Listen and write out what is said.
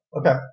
Okay